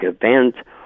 event